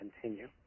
continue